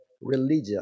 religion